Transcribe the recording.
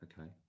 okay